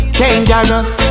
dangerous